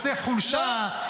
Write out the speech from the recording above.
רוצה חולשה.